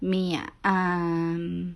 me ah ah mm